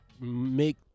make